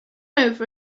over